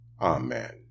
Amen